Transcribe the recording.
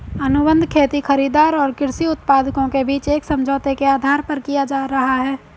अनुबंध खेती खरीदार और कृषि उत्पादकों के बीच एक समझौते के आधार पर किया जा रहा है